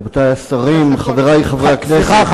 תודה, רבותי השרים, חברי חברי הכנסת, סליחה.